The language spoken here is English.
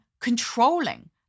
controlling